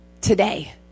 today